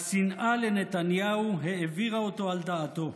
"השנאה לנתניהו העבירה אותו על דעתו,